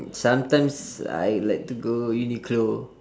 sometimes I like to go uniqlo